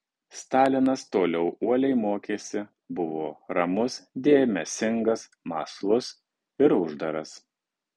stalinas toliau uoliai mokėsi buvo ramus dėmesingas mąslus ir uždaras